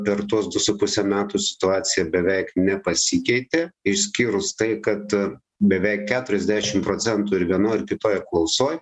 per tuos du su puse metų situacija beveik nepasikeitė išskyrus tai kad beveik keturiasdešim procentų ir vienoj ir kitoj apklausoj